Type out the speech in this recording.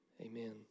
Amen